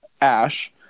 ash